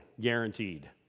guaranteed